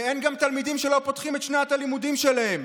וגם אין גם תלמידים שלא פותחים את שנת הלימודים שלהם.